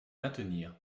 maintenir